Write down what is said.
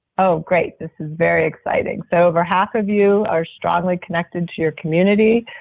oh great. this is very exciting. so over half of you are strongly connected to your community.